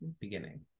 beginning